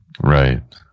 Right